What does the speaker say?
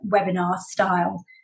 webinar-style